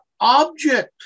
object